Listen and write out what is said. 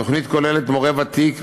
התוכנית כוללת מורה ותיק,